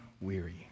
weary